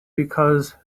because